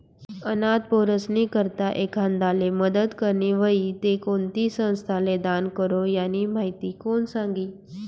अनाथ पोरीस्नी करता एखांदाले मदत करनी व्हयी ते कोणती संस्थाले दान करो, यानी माहिती कोण सांगी